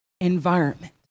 environment